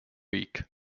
week